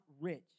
rich